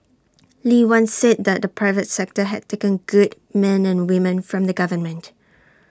lee once said that the private sector had taken good men and women from the government